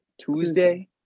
Tuesday